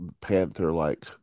panther-like